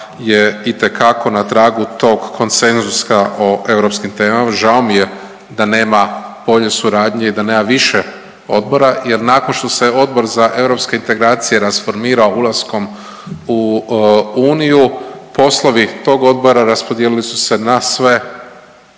je itekako na tragu tog konsenzusa o europskim temama. Žao mi je da nema bolje suradnje i da nema više odbora jer nakon što se Odbor za europske integracije rasformirao ulaskom u Uniju, poslovi tog odbora raspodijelili su se na sve